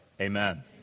Amen